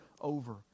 over